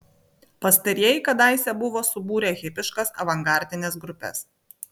pastarieji kadaise buvo subūrę hipiškas avangardines grupes